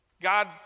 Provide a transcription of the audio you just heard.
God